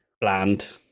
bland